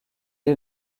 est